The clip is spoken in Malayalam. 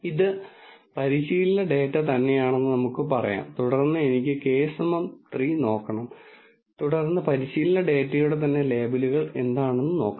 ഇത് പരിശീലന ഡാറ്റ തന്നെയാണെന്ന് നമുക്ക് പറയാം തുടർന്ന് എനിക്ക് k 3 നോക്കണം തുടർന്ന് പരിശീലന ഡാറ്റയുടെ തന്നെ ലേബലുകൾ എന്താണെന്ന് നോക്കണം